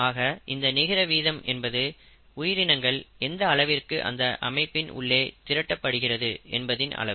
ஆக இந்த நிகர வீதம் என்பது உயிரினங்கள் எந்த அளவிற்கு அந்த அமைப்பின் உள்ளே திரட்டப்படுகிறது என்பதின் அளவு